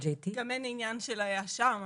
וגם אין עניין של אשם.